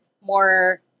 more